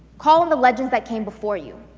call on the legends that came before you.